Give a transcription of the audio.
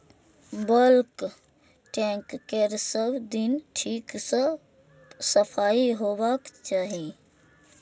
bulk tank केर सब दिन ठीक सं सफाइ होबाक चाही